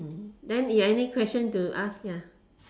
then you have any question to ask ya